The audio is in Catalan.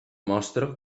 mostra